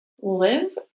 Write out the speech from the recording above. live